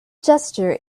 gesture